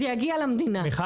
זה יגיע למדינה,